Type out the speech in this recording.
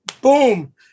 boom